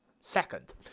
second